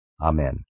Amen